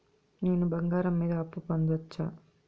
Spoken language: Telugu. నేను బంగారం మీద అప్పు పొందొచ్చా?